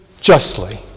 justly